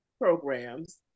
programs